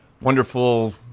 wonderful